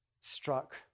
struck